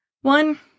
One